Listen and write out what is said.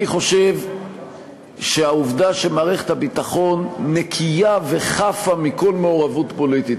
אני חושב שהעובדה שמערכת הביטחון נקייה וחפה מכל מעורבות פוליטית,